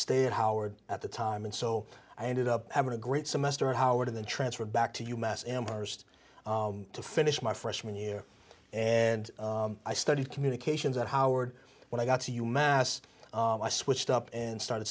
stay at howard at the time and so i ended up having a great semester at howard then transferred back to you mass amherst to finish my freshman year and i studied communications at howard when i got to u mass i switched up and started